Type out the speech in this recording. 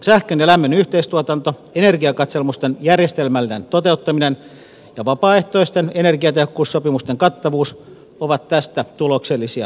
sähkön ja lämmön yhteistuotanto energiakatselmusten järjestelmällinen toteuttaminen ja vapaaehtoisten energiatehokkuussopimusten kattavuus ovat tästä tuloksellisia esimerkkejä